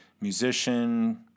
musician